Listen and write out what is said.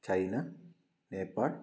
China Nepal